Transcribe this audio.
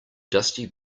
dusty